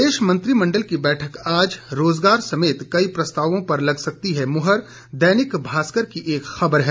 प्रदेश मंत्रिमण्डल की बैठक आज रोजगार समेत कई प्रस्तावों पर लग सकती है मुहर दैनिक भास्कर की खबर है